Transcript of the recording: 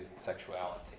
sexuality